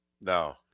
No